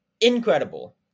incredible